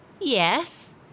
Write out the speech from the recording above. Yes